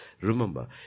Remember